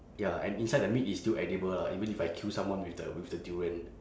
ya and inside the meat is still edible lah even if I kill someone with the with the durian